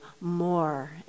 more